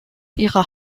ihrer